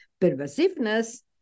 pervasiveness